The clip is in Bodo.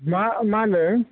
मा मा होनदों